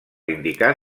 indicar